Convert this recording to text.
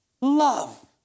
love